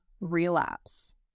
relapse